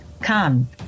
Come